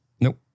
Nope